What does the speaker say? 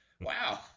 wow